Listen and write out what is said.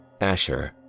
Asher